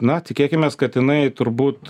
na tikėkimės kad jinai turbūt